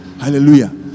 Hallelujah